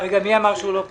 מי אמר שהוא לא כאן?